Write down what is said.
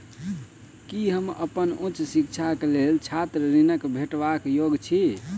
की हम अप्पन उच्च शिक्षाक लेल छात्र ऋणक भेटबाक योग्य छी?